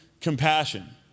compassion